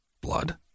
Blood